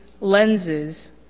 lenses